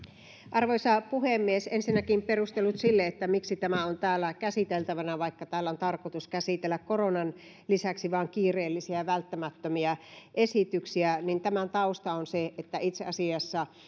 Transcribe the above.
arvoisa puhemies ensinnäkin perustelut sille miksi tämä on täällä käsiteltävänä vaikka täällä on tarkoitus käsitellä koronan lisäksi vain kiireellisiä välttämättömiä esityksiä tämän tausta on se että itse asiassa